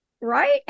right